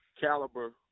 caliber